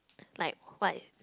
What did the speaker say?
like what if